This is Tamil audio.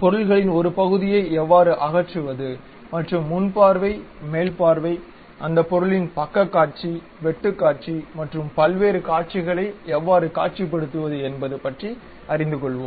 பொருட்களின் ஒரு பகுதியை எவ்வாறு அகற்றுவது மற்றும் முன் பார்வை மேல் பார்வை அந்த பொருளின் பக்கக் காட்சி வெட்டு காட்சி மற்றும் வெவ்வேறு காட்சிகளை எவ்வாறு காட்சிப்படுத்துவது என்பது பற்றி அறிந்து கொள்வோம்